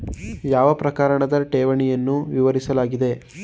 ಯಾವ ಪ್ರಕಾರದ ಠೇವಣಿಗಳನ್ನು ವಿವರಿಸಲಾಗಿದೆ?